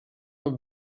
have